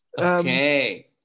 Okay